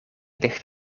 ligt